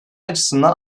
açısından